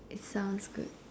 it sounds good